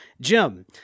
Jim